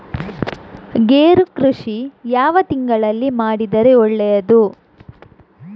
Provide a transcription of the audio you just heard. ಗೇರು ಕೃಷಿ ಯಾವ ತಿಂಗಳಲ್ಲಿ ಮಾಡಿದರೆ ಒಳ್ಳೆಯದು?